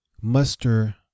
muster